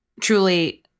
truly